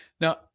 Now